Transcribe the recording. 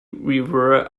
revere